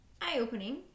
eye-opening